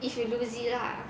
if you lose it lah